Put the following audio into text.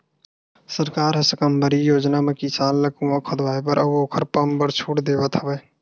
सरकार ह साकम्बरी योजना म किसान ल कुँआ खोदवाए बर अउ ओखर पंप बर छूट देवथ हवय